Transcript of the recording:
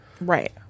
Right